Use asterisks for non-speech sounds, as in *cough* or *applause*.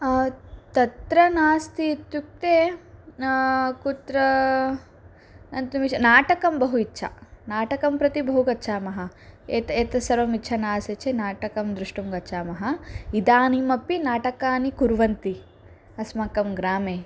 तत्र नास्ति इत्युक्ते कुत्र *unintelligible* नाटकं बहु इच्छा नाटकं प्रति बहु गच्छामः एते एतत् सर्वम् इच्छा नासीत् चेत् नाटकं द्रष्टुं गच्छामः इदानीमपि नाटकानि कुर्वन्ति अस्माकं ग्रामे